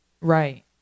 Right